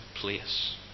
place